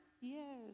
Yes